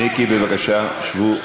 מיקי, בבקשה, שבו.